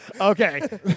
Okay